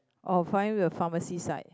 oh find you a pharmacy side